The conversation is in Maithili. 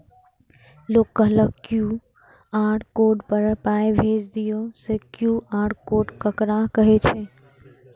लोग कहलक क्यू.आर कोड पर पाय भेज दियौ से क्यू.आर कोड ककरा कहै छै?